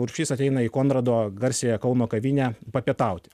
urbšys ateina į konrado garsiąją kauno kavinę papietauti